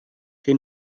che